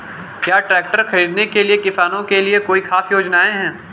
क्या ट्रैक्टर खरीदने के लिए किसानों के लिए कोई ख़ास योजनाएं हैं?